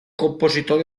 compositor